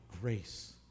grace